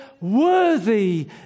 Worthy